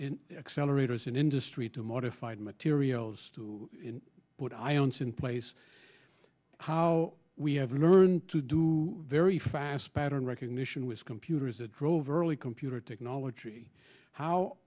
in accelerators in industry to modified materials to put ions in place how we have learned to do very fast pattern recognition with computers a drover early computer technology how